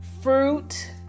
fruit